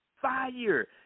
fire